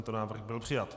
Tento návrh byl přijat.